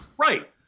Right